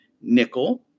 nickel